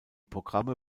programme